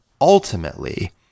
ultimately